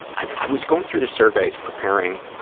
i i was going through the surveys, preparing